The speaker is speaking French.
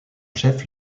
chef